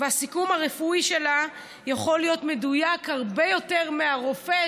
והסיכום הרפואי שלה יכול להיות מדויק הרבה יותר משל הרופא,